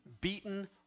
beaten